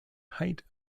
height